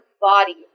body